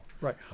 Right